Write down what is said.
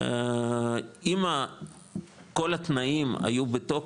אם כל התנאים היו בתוקף,